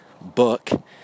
book